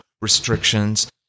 restrictions